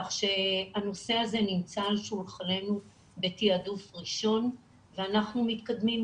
כך שהנושא הזה נמצא על שולחננו בתיעדוף ראשון ואנחנו מתקדמים.